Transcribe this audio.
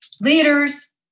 leaders